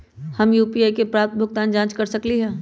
हम यू.पी.आई पर प्राप्त भुगतान के जाँच कैसे कर सकली ह?